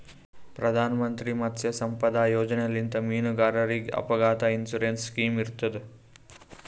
ಪ್ರಧಾನ್ ಮಂತ್ರಿ ಮತ್ಸ್ಯ ಸಂಪದಾ ಯೋಜನೆಲಿಂತ್ ಮೀನುಗಾರರಿಗ್ ಅಪಘಾತ್ ಇನ್ಸೂರೆನ್ಸ್ ಸ್ಕಿಮ್ ಇರ್ತದ್